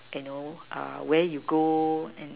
and know err where you go and